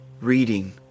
reading